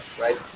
right